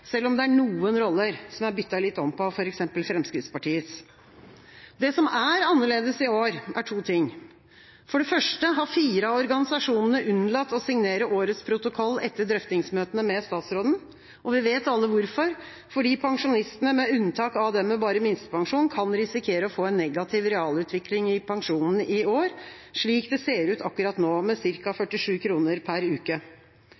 selv om det er noen roller som er byttet litt om på, f.eks. Fremskrittspartiets. Det som er annerledes i år, er to ting: For det første har fire av organisasjonene unnlatt å signere årets protokoll etter drøftingsmøtene med statsråden. Vi vet alle hvorfor – fordi pensjonistene, med unntak av de med bare minstepensjon, kan risikere å få en negativ realutvikling i pensjonen i år, slik det ser ut akkurat nå, med ca. 47 kr per uke.